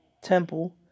Temple